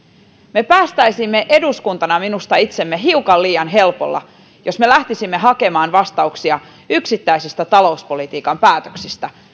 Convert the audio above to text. me päästäisimme eduskuntana minusta itsemme hiukan liian helpolla jos me lähtisimme hakemaan vastauksia yksittäisistä talouspolitiikan päätöksistä